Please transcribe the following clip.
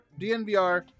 DNVR